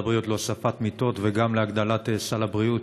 הבריאות להוספת מיטות וגם להגדלת סל הבריאות.